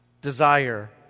desire